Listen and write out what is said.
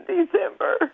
December